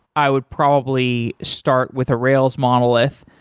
i would probably start with a rails monolith,